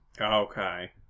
Okay